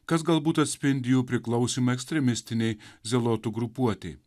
kas galbūt atspindi jų priklausymą ekstremistinei zelotų grupuotei